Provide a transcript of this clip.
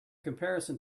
comparison